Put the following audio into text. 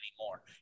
anymore